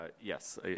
Yes